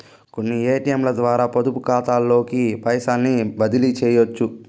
కొన్ని ఏటియంలద్వారా పొదుపుకాతాలోకి పైసల్ని బదిలీసెయ్యొచ్చు